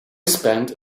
spent